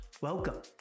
welcome